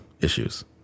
issues